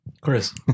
Chris